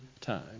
time